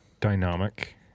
dynamic